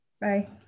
Bye